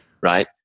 right